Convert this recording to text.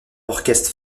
orchestre